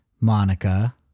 Monica